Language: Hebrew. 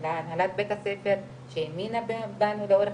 של הנהלת בית הספר שהאמינה בנו לאורך